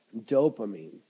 Dopamine